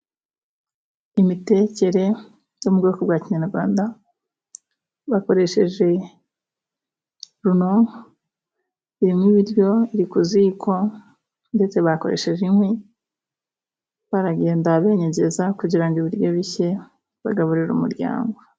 Imitekere yo mubwoko bwa Kinyarwanda bakoresheje runonko irimo ibiryo iri kuziko ndetse bakoresheje inkwi baragenda benyegeza kugira ngo ibiryo bishye bagaburire umuryango.